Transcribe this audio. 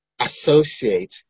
associate